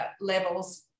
levels